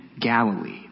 Galilee